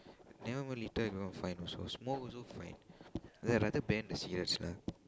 never even litter you want to fine also smoke also fine then I rather ban the cigarettes lah